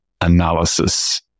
analysis